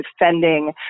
defending